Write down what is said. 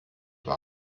war